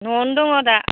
न'आवनो दङ दा